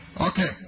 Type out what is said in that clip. Okay